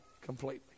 completely